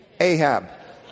Ahab